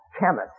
chemist